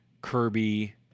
Kirby